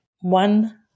One